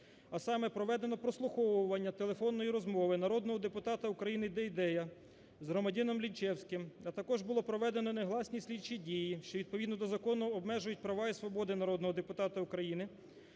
А саме: проведено прослуховування телефонної розмови народного депутата України Дейдея з громадянином Лінчевським, а також було проведено негласні слідчі дії, що відповідно до закону обмежують права і свободи народного депутата України,